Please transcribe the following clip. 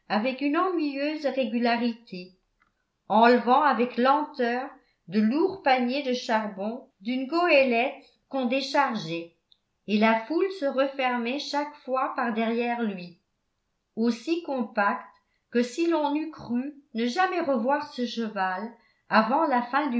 une ennuyeuse régularité enlevant avec lenteur de lourds paniers de charbon d'une goélette qu'on déchargeait et la foule se refermait chaque fois par derrière lui aussi compacte que si l'on eût cru ne jamais revoir ce cheval avant la fin